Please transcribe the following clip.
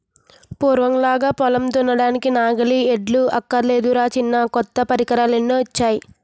పూర్వంలాగా పొలం దున్నడానికి నాగలి, ఎడ్లు అక్కర్లేదురా చిన్నా కొత్త పరికరాలెన్నొచ్చేయో